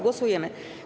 Głosujemy.